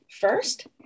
first